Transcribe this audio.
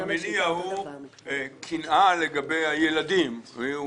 המניע הוא קנאה לגבי הילדים, הרי הוא